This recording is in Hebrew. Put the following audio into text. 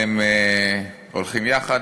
והם הולכים יחד,